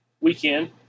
weekend